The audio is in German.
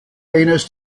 eines